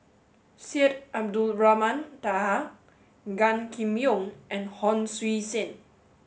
Syed Abdulrahman Taha Gan Kim Yong and Hon Sui Sen